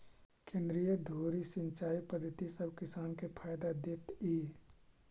केंद्रीय धुरी सिंचाई पद्धति सब किसान के फायदा देतइ